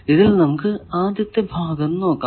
ഇതിൽ നമുക്ക് ആദ്യത്തെ ഭാഗം നോക്കാം